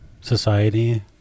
society